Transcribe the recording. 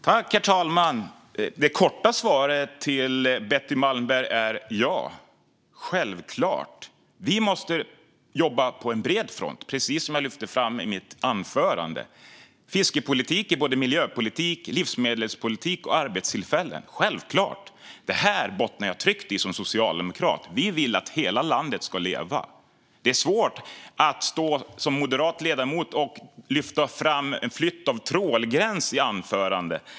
Herr talman! Det korta svaret till Betty Malmberg är: Ja, självklart! Vi måste jobba på bred front, precis som jag lyfte fram i mitt anförande. Fiskeripolitik är både miljöpolitik, livsmedelspolitik och arbetstillfällen - självklart. Det här bottnar jag tryggt i som socialdemokrat. Vi vill att hela landet ska leva. Det måste vara svårt att stå här som moderat ledamot och lyfta fram en flytt av trålgräns i sitt anförande.